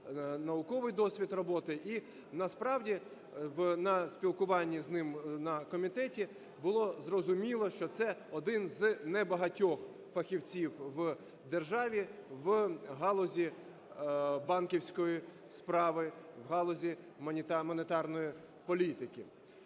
науковий досвід роботи. І насправді в спілкуванні з ним на комітеті було зрозуміло, що це один з небагатьох фахівців в державі в галузі банківської справи, в галузі монетарної політики.